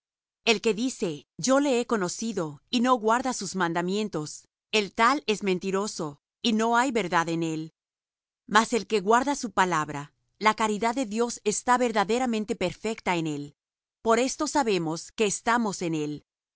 el que dice yo le he conocido y no guarda sus mandamientos el tal es mentiroso y no hay verdad en él mas el que guarda su palabra la caridad de dios está verdaderamente perfecta en él por esto sabemos que estamos en él